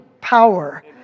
power